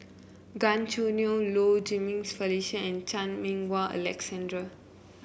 Gan Choo Neo Low Jimenez Felicia and Chan Meng Wah Alexander